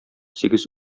сигез